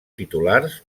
titulars